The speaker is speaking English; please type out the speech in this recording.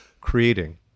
creating